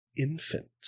infant